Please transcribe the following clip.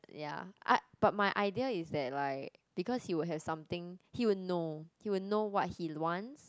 ya I but my idea is that like because he would have something he would know he would know what he wants